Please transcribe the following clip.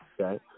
okay